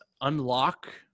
unlock